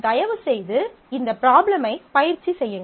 தயவுசெய்து இந்த ப்ராப்ளமைப் பயிற்சி செய்யுங்கள்